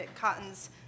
Cotton's